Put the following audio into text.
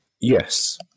Yes